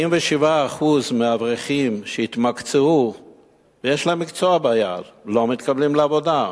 47% מהאברכים שהתמקצעו ויש להם מקצוע ביד לא מתקבלים לעבודה.